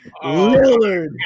Lillard